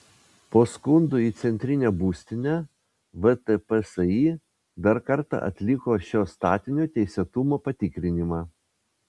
po skundų į centrinę būstinę vtpsi dar kartą atliko šio statinio teisėtumo patikrinimą